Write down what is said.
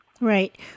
Right